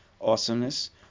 awesomeness